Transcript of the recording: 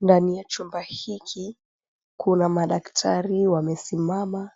Ndani ya chumba hiki kuna madaktari wawili wamesimama,